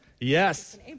Yes